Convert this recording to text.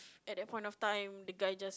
at that point of time the guy just